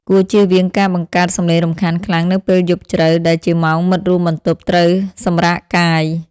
គួរជៀសវាងការបង្កើតសម្លេងរំខានខ្លាំងនៅពេលយប់ជ្រៅដែលជាម៉ោងមិត្តរួមបន្ទប់ត្រូវសម្រាកកាយ។